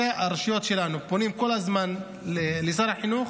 ראשי הרשויות שלנו פונים כל הזמן לשר החינוך